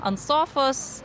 ant sofos